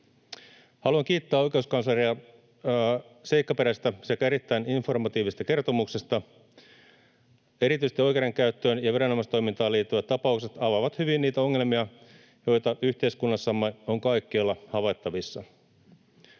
Haluan kiittää oikeuskansleria seikkaperäisestä sekä erittäin informatiivisesta kertomuksesta. Erityisesti oikeudenkäyttöön ja viranomaistoimintaan liittyvät tapaukset avaavat hyvin niitä ongelmia, joita yhteiskunnassamme on kaikkialla havaittavissa.